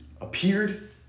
appeared